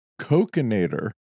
Coconator